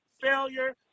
Failure